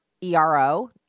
ERO